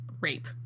Rape